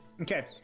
Okay